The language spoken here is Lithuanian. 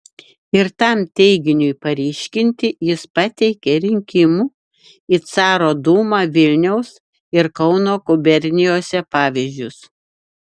ir tam teiginiui paryškinti jis pateikė rinkimų į caro dūmą vilniaus ir kauno gubernijose pavyzdžius